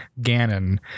Ganon